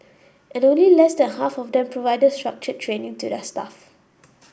and only less than half of them provided structured training to their staff